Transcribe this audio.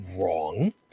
wrong